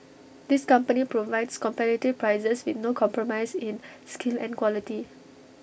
this company provides competitive prices with no compromise in skill and quality